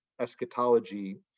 eschatology